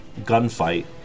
gunfight